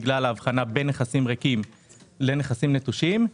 בגלל ההבחנה בין נכסים ריקים לבין נכסים נטושים.